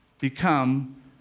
become